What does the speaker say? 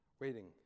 Waiting